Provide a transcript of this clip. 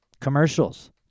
commercials